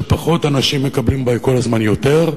שפחות אנשים מקבלים בה כל הזמן יותר,